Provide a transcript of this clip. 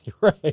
Right